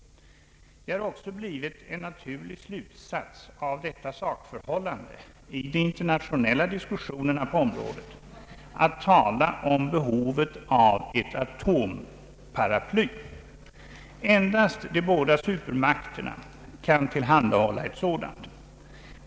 Det har också blivit en naturlig slutsats av detta sakförhållande att man i de internationella diskussionerna på området talar om behovet av ett atomparaply. Endast de båda supermakterna kan tillhandahålla ett sådant.